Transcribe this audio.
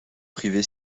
privée